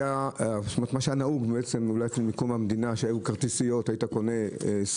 מאז קום המדינה היה נהוג להשתמש בכרטיסיות האדם היה קונה כרטיס